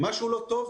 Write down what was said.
מה שהוא לא טוב,